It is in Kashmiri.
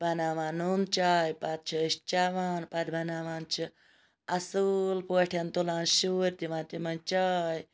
بَناوان نوٗن چاے پَتہ چھِ أسۍ چَوان پَتہٕ بَناوان چھِ اَصل پٲٹھۍ تُلان شُرۍ دِوان تِمَن چاے